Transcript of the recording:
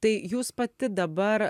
tai jūs pati dabar